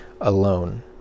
alone